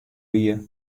wie